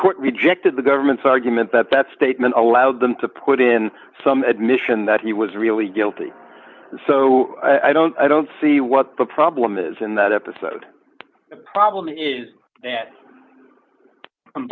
court rejected the government's argument that that statement allowed them to put in some admission that he was really guilty so i don't i don't see what the problem is in that episode the problem is